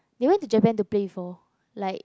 they went to Japan to play for like